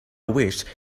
wished